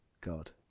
God